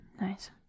Nice